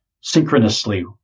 synchronously